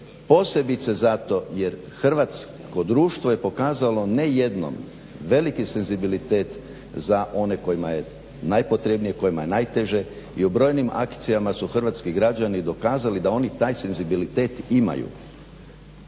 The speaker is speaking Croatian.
posebice zato jer hrvatsko društvo je pokazalo ne jednom veliki senzibilitet za one kojima je najpotrebnije, kojima je najteže i u brojnim akcijama su hrvatski građani dokazali da oni taj senzibilitet imaju.